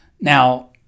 Now